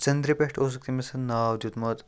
ژٔندرِ پٮ۪ٹھ اوسُکھ تٔمِس ناو دیتمُت